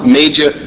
major